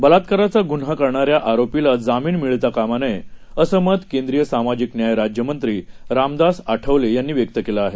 बलात्काराचा गुन्हा करणाऱ्या आरोपीला जामीन मिळता कामा नये असं मत केंद्रीय सामाजिक न्याय राज्यमंत्री रामदास आठवले यांनी व्यक्त केलं आहे